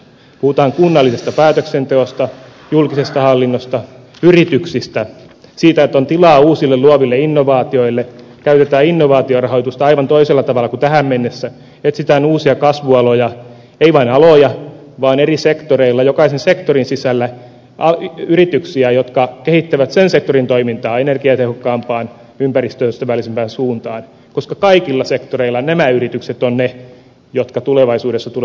puhutaan kunnallisesta päätöksenteosta julkisesta hallinnosta yrityksistä siitä että on tilaa uusille luoville innovaatioille käytetään innovaatiorahoitusta aivan toisella tavalla kuin tähän mennessä etsitään uusia kasvualoja ei vain aloja vaan eri sektoreilla ja jokaisen sektorin sisällä yrityksiä jotka kehittävät sen sektorin toimintaa energiatehokkaampaan ympäristöystävällisempään suuntaan koska kaikilla sektoreilla nämä yritykset ovat ne jotka tulevaisuudessa tulevat menestymään